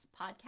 podcast